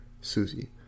Susie